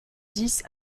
dix